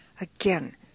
again